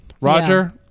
Roger